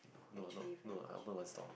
no no no I open my store